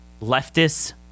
leftists